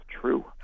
true